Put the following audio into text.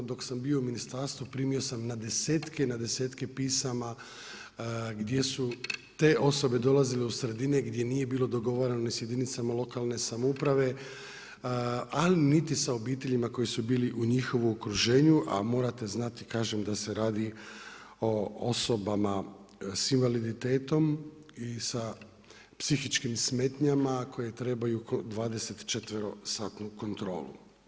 Dok sam bio u ministarstvu primio sam na desetke, na desetke pisama gdje su te osobe dolazile u sredine gdje nije bilo dogovarano sa jedinicama lokalne samouprave, ali niti sa obiteljima koji su bili u njihovu okruženju, a morate znati kažem da se radi o osobama s invaliditetom i sa psihičkim smetnjama koje trebaju dvadeset četverosatnu kontrolu.